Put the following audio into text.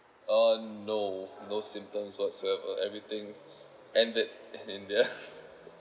uh no no symptoms whatsoever everything and that india